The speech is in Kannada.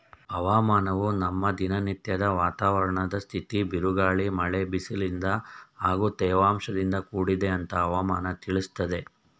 ಹವಾಮಾನವು ನಮ್ಮ ದಿನನತ್ಯದ ವಾತಾವರಣದ್ ಸ್ಥಿತಿ ಬಿರುಗಾಳಿ ಮಳೆ ಬಿಸಿಲಿನಿಂದ ಹಾಗೂ ತೇವಾಂಶದಿಂದ ಕೂಡಿದೆ ಅಂತ ಹವಾಮನ ತಿಳಿಸ್ತದೆ